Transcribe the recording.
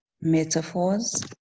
metaphors